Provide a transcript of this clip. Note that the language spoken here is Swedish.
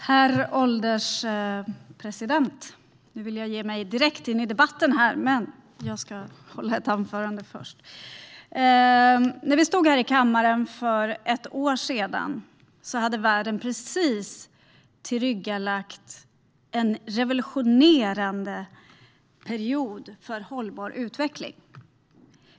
Herr ålderspresident! Nu vill jag ge mig direkt in debatten. Men jag ska hålla ett anförande först. När vi stod här i kammaren för ett år sedan hade världen precis gått igenom en revolutionerande period för hållbar utveckling.